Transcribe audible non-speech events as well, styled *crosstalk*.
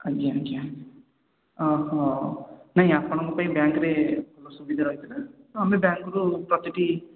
ଆଜ୍ଞା ଆଜ୍ଞା ନାହିଁ ଆପଣଙ୍କ ପାଇଁ ବ୍ୟାଙ୍କରେ *unintelligible* ସୁବିଧା ରହିଥିଲା ତ ଆମେ ବ୍ୟାଙ୍କରୁ ପ୍ରତିଟି